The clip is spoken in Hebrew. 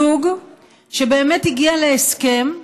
זוג שבאמת הגיע להסכם,